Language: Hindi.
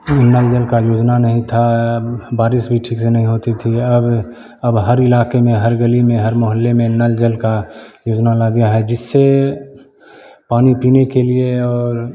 उसमें जल का योजना नहीं था बारिश भी अच्छे से नहीं होती थी अब अब हर इलाके में हर गली में हर मोहल्ले में नल जल का योजना लग गया है जिससे पानी पीने के लिए और